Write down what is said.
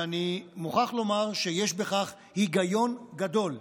ואני מוכרח לומר שיש בכך היגיון גדול.